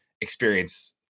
experience